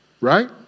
Right